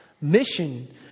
mission